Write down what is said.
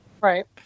Right